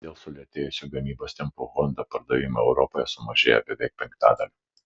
dėl sulėtėjusių gamybos tempų honda pardavimai europoje sumažėjo beveik penktadaliu